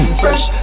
fresh